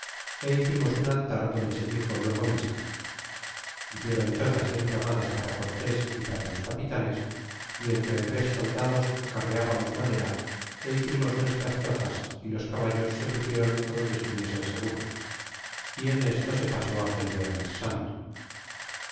y hicimos un altar adonde se dixo luego misa é hicieron chozas y enramadas para cortés y para los capitanes y entre tres soldados acarreábamos madera e hicimos nuestras chozas y los caballos se pusieren adonde estuviesen seguros y en esto se pasó aquel viernes santo